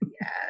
Yes